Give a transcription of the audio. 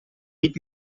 niet